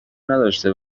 نداشته